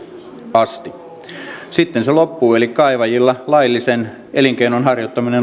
asti sitten se loppuu eli kaivajilla laillisen elinkeinon harjoittaminen